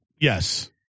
Yes